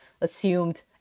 assumed